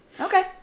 Okay